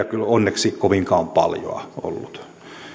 kyllä onneksi kovinkaan paljoa ollut